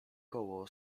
koło